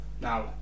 Now